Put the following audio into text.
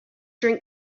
drink